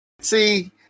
See